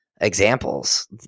examples